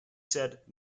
said